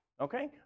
okay